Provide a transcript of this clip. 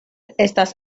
estas